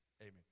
Amen